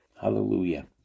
Hallelujah